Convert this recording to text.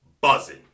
buzzing